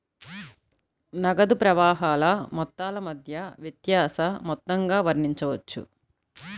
నగదు ప్రవాహాల మొత్తాల మధ్య వ్యత్యాస మొత్తంగా వర్ణించవచ్చు